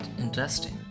interesting